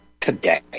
today